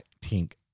pink